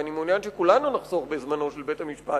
ואני מעוניין שכולנו נחסוך בזמנו של בית-המשפט.